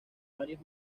varios